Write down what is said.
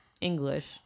English